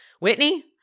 Whitney